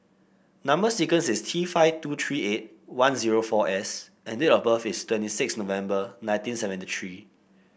number sequence is T five two three eight one zero four S and date of birth is twenty six November nineteen seventy three